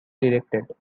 directed